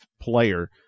player